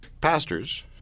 pastors